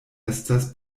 estas